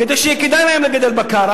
כדי שיהיה כדאי להם לגדל בקר,